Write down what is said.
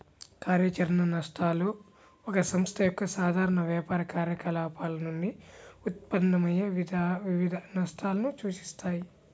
కార్యాచరణ నష్టాలు ఒక సంస్థ యొక్క సాధారణ వ్యాపార కార్యకలాపాల నుండి ఉత్పన్నమయ్యే వివిధ నష్టాలను సూచిస్తాయి